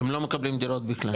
הם לא מקבלים דירות בכלל?